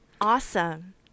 Awesome